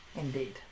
Indeed